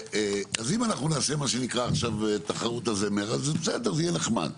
אז אם אנחנו נעשה מה שנקרא עכשיו תחרות הזמר אז זה בסדר זה יהיה נחמד,